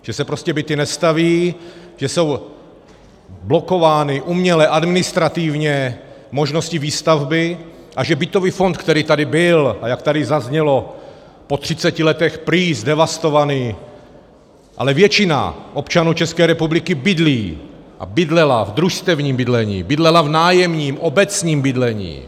Že se prostě byty nestavějí, že jsou blokovány uměle, administrativně možnosti výstavby a že bytový fond, který tady byl, a jak tady zaznělo, po 30 letech prý zdevastovaný, ale většina občanů České republiky bydlí a bydlela v družstevním bydlení, bydlela v nájemním, obecním bydlení.